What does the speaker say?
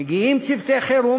מגיעים צוותי חירום,